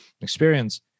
experience